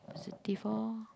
thirty four